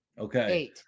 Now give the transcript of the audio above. Okay